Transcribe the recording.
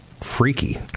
freaky